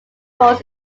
roles